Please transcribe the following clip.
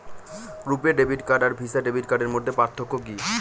রূপে debit card আর Visa debit কার্ডের মধ্যে পার্থক্য কি?